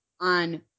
on